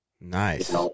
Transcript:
Nice